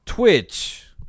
Twitch